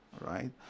right